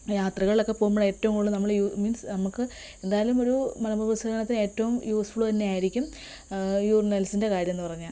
യാത്രകളൊക്കെ പോകുമ്പോഴേറ്റവും കൂടുതൽ നമ്മൾ മീൻസ് നമുക്ക് എന്തായാലും ഒരു മലമൂത്ര വിസർജ്ജനത്തിന് ഏറ്റവും യൂസ്ഫുൾ തന്നെ ആയിരിക്കും യൂറിനൽസിൻ്റെ കാര്യമെന്ന് പറഞ്ഞാൽ